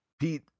Pete